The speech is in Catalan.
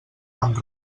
amb